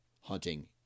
hunting